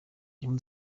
james